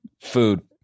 food